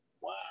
Wow